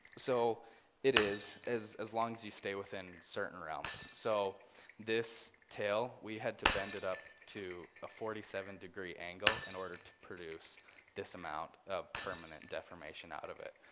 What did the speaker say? so it is, as as long as you stay within certain realms. so this tail we had to bend it up to a forty seven degree angle in order to produce this amount of permanent deformation out of it.